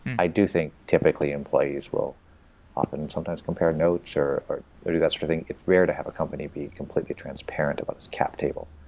i do think, typically, employees will often and sometimes compare notes, or or do that sort of thing. it's rare to have a company be completely transparent about this cap table,